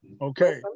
Okay